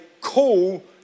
call